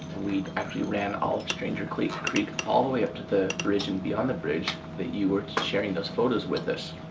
we actually ran all of stranger creek creek all the way up to the bridge and beyond the bridge that you were sharing those photos with us